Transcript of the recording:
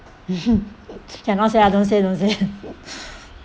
cannot say ah don't say don't say